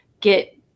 get